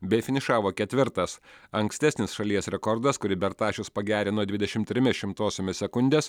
bei finišavo ketvirtas ankstesnis šalies rekordas kurį bertašius pagerino dvidešimt trimis šimtosiomis sekundės